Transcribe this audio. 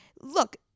Look